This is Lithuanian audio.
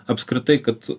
apskritai kad